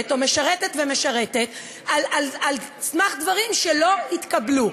או בין משרתת למשרתת על סמך דברים שלא התקבלו.